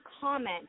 comment